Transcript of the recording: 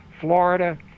Florida